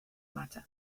moatte